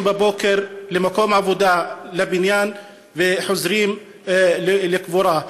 בבוקר למקום העבודה בבניין וחוזרים לקבורה.